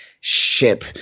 ship